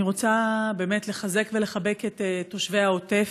אני רוצה באמת לחזק ולחבק את תושבי העוטף,